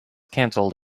cancelled